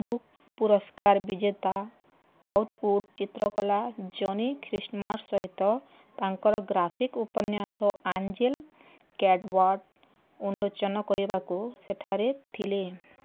Booker ପୁରସ୍କାର ବିଜେତା ଚିତ୍ରକଲା Johnny Christmas ସହିତ ତାଙ୍କର ଗ୍ରାଫିକ୍ ଉପନ୍ୟାସ ଆଞ୍ଜେଲ୍ କ୍ୟାଟବାର୍ଡ଼ ଉନ୍ମୋଚନ କରିବାକୁ ସେଠାରେ ଥିଲେ